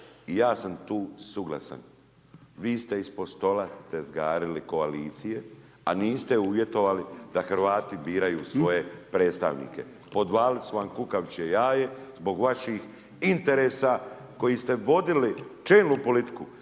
i ja sam tu suglasan. Vi ste ispod stola tezgarili koalicije, a niste uvjetovali da Hrvati biraju svoje predstavnike. Podvalili su vam kukavičje jaje zbog vaših interesa koji ste vodili čelnu politiku,